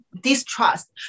distrust